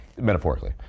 Metaphorically